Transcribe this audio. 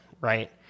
Right